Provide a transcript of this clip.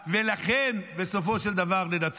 ולכן, בסופו של דבר ננצח.